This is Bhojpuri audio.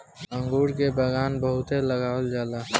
अंगूर के बगान बहुते लगावल जाला